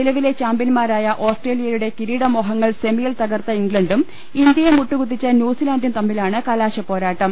നിലവിലെ ചാമ്പൃന്മാരായ ഓസ്ട്രേലിയയുടെ കിരീടമോഹങ്ങൾ സെമിയിൽ തകർത്ത ഇംഗ്ലണ്ടും ഇന്ത്യയെ മുട്ടുകുത്തിച്ച ന്യൂസിലാന്റും തമ്മി ലാണ് കലാശപ്പോരാട്ടം